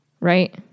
Right